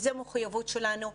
זו המחויבות שלנו,